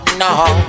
no